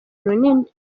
runini